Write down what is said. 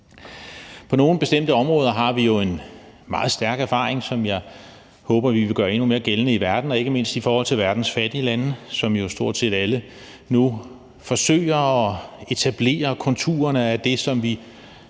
På nogle bestemte områder har vi en meget stærk erfaring, som jeg håber vi vil gøre endnu mere gældende i verden og ikke mindst i forhold til verdens fattige lande, som jo stort set alle nu forsøger at etablere konturerne af det, som jo